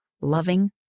loving